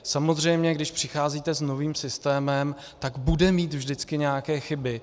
Samozřejmě když přicházíte s novým systémem, tak bude mít vždycky nějaké chyby.